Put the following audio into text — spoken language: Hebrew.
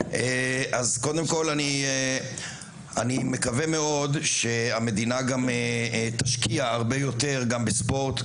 אז קודם כל אני מקווה מאוד שהמדינה גם תשקיע הרבה יותר גם בספורט,